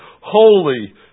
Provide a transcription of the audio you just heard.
holy